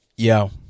yo